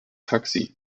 taxi